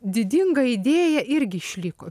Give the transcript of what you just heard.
didinga idėja irgi išliko